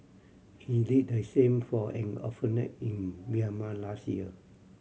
he did the same for an orphanage in Myanmar last year